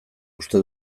uste